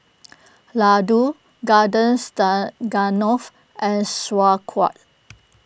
Ladoo Garden and Sauerkraut